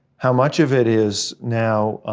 how much of it is now,